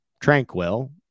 Tranquil